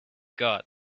got